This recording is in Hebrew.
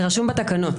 זה רשום בתקנות.